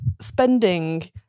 spending